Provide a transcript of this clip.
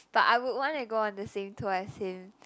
but I would want to go on the same tour as him